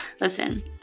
Listen